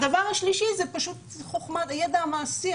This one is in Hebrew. הדבר השלישי זה פשוט חוכמה וידע מעשי.